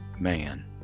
Man